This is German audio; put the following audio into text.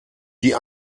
die